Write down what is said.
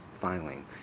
filing